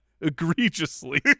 egregiously